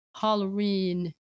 Halloween